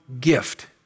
gift